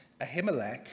Ahimelech